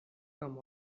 come